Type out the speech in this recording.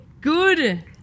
good